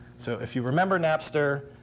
so if you remember napster,